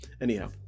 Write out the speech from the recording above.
anyhow